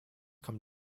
come